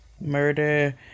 murder